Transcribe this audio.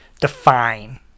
define